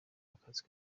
akazi